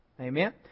Amen